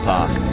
Park